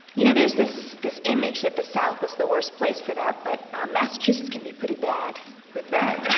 you know there's this this image that the south is the worst place for that, but, ah, massachusetts can be pretty bad with that.